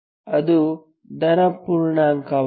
ಅದು ಧನಪೂರ್ಣಾಂಕವಲ್ಲ